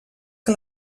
que